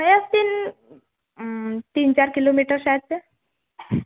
हे तीन तीन चार किलोमीटरचे असेल